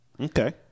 Okay